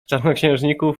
czarnoksiężników